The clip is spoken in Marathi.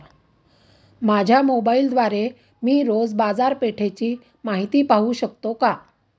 माझ्या मोबाइलद्वारे मी रोज बाजारपेठेची माहिती पाहू शकतो का?